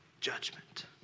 judgment